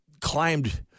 climbed –